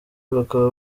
bakaba